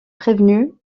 prévenue